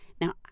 Now